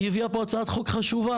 היא הביאה פה הצעת חוק חשובה.